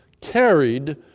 carried